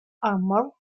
armor